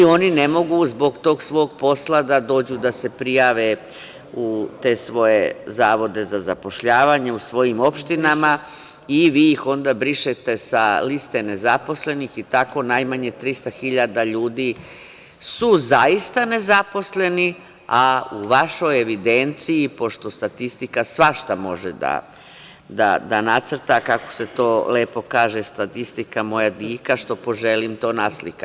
Oni ne mogu zbog tog svog posla da dođu da se prijave u te svoje zavode za zapošljavanje u svojim opštinama i vi ih onda brišete sa liste nezaposlenih i tako najmanje 300.000 ljudi su zaista nezaposleni, a u vašoj evidenciji, pošto statistika svašta može da nacrta, kako se to lepo kaže – statistika, moja dika, što poželim to naslika.